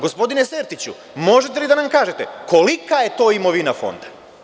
Gospodine Sertiću, možete li da nam kažete kolika je to imovina Fonda?